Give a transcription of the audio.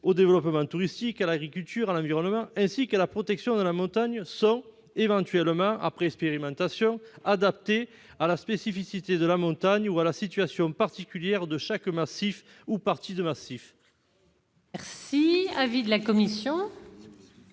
au développement touristique, à l'agriculture, à l'environnement, ainsi qu'à la protection de la montagne sont, éventuellement après expérimentation, adaptées à la spécificité de la montagne ou à la situation particulière de chaque massif ou partie de massif ». Quel est l'avis de la commission